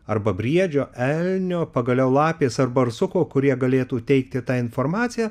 arba briedžio elnio pagaliau lapės ar barsuko kurie galėtų teikti tą informaciją